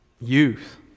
youth